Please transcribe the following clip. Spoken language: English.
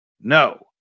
No